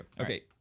Okay